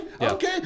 okay